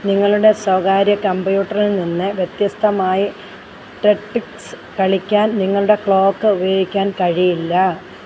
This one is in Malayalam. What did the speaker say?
നിങ്ങളുടെ സ്വകാര്യ കമ്പ്യൂട്ടറിൽ നിന്ന് വ്യത്യസ്തമായി ടെട്രിസ് കളിക്കാൻ നിങ്ങളുടെ ക്ലോക്ക് ഉപയോഗിക്കാൻ കഴിയില്ല